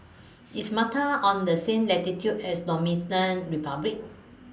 IS Malta on The same latitude as Dominican Republic